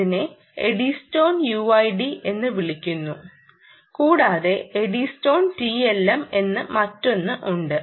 അതിനെ Eddystone UID എന്ന് വിളിക്കപ്പെടുന്നു കൂടാതെ എഡ്ഡിസ്റ്റോൺ TLM എന്ന മറ്റൊന്ന് ഉണ്ട്